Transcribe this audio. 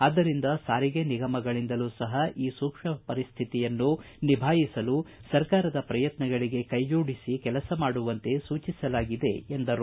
ಆದ್ದರಿಂದ ಸಾರಿಗೆ ನಿಗಮ ಗಳಿಂದಲೂ ಸಪ ಈ ಸೂಕ್ಷ್ಮ ಪರಿಸ್ಥಿತಿಯನ್ನು ನಿಭಾಯಿಸಲು ಸರ್ಕಾರದ ಪ್ರಯತ್ನಗಳಿಗೆ ಕೈಜೋಡಿಸಿ ಕೆಲಸ ಮಾಡುವಂತೆ ಸೂಚಿಸಲಾಗಿದೆ ಎಂದರು